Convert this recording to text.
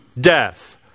death